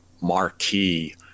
marquee